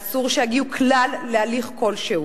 אסור שיגיעו כלל להליך כלשהו,